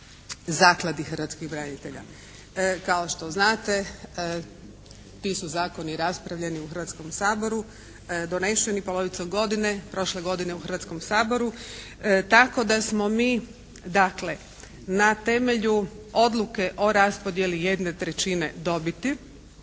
Zakladi hrvatskih branitelja. Kao što znate ti su zakoni raspravljeni u Hrvatskom saboru, doneseni polovicom godine, prošle godine u Hrvatskom saboru tako da smo mi dakle na temelju odluke o raspodjeli jedne trećine dobiti